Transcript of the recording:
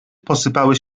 posypały